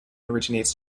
originates